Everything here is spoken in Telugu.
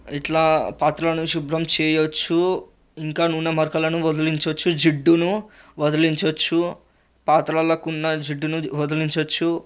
ఇట్లా పాత్రలను శుభ్రం చేయవచ్చు ఇంకా నూనె మరకలను వదిలించవచ్చు జిడ్డును వదిలించవచ్చు పాత్రలకున్న జిడ్డును వదిలించవచ్చు